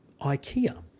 Ikea